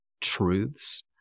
truths